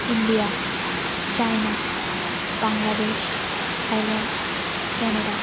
India China Bangladesh Thailand Canada